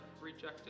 rejected